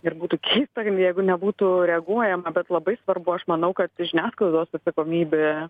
ir būtų keista jeigu nebūtų reaguojama bet labai svarbu aš manau kad žiniasklaidos atsakomybė